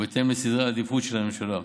ובהתאם לסדרי העדיפות של הממשלה.